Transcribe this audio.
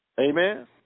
Amen